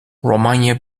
romanya